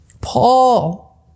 Paul